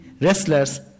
wrestlers